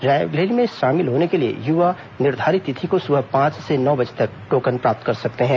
rally में शामिल होने के लिए युवा निर्धारित तिथि को सुबह पांच से नौ बजे तक टोकन प्राप्त कर सकते हैं